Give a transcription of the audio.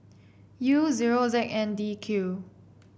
U zero Z N D Q